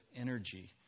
energy